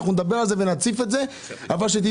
אנחנו נדבר על זה ונציף את זה אבל שתדעו